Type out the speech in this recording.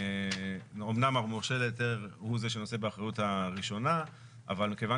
אמנם המורשה להיתר הוא זה שנושא באחריות הראשונה אבל מכיוון